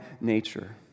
nature